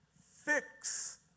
fix